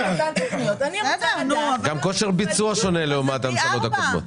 גם כושר הביצוע שונה לעומת הממשלות הקודמות.